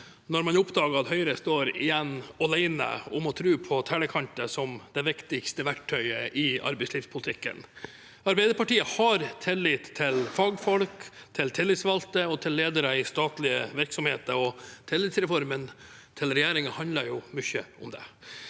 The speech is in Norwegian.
når man oppdager at Høyre står alene igjen om å tro på tellekanter som det viktigste verktøyet i arbeidslivspolitikken. Arbeiderpartiet har tillit til fagfolk, til tillitsvalgte og til ledere i statlige virksomheter, og tillitsreformen til regjeringen handler mye om det.